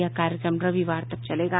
यह कार्यक्रम रविवार तक चलेगा